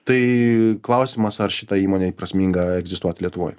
tai klausimas ar šitai įmonei prasminga egzistuoti lietuvoj